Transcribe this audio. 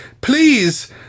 please